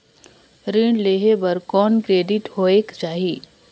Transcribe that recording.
ऋण लेहे बर कौन क्रेडिट होयक चाही?